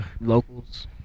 Locals